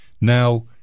Now